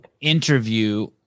interview